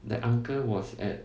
the uncle was at